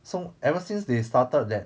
so ever since they started that